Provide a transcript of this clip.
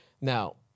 Now